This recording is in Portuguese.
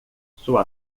sua